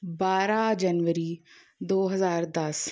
ਬਾਰ੍ਹਾ ਜਨਵਰੀ ਦੋ ਹਜ਼ਾਰ ਦਸ